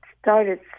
started